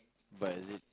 but is it